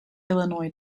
illinois